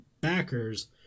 backers